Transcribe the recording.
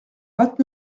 vingt